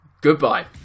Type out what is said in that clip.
goodbye